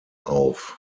auf